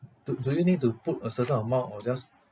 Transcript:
do do you need to put a certain amount or just